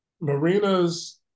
Marina's